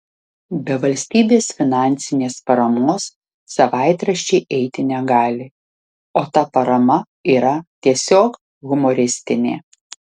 be valstybės finansinės paramos savaitraščiai eiti negali o ta parama yra tiesiog humoristinė